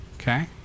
Okay